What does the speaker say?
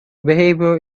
behavior